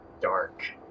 dark